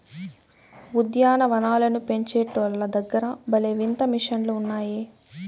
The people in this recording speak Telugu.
ఉద్యాన వనాలను పెంచేటోల్ల దగ్గర భలే వింత మిషన్లు ఉన్నాయే